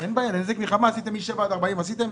אין בעיה, לגבי נזק מלחמה עשיתם בין 7 40 קילומטר.